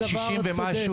בן 60 ומשהו,